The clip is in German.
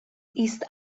ist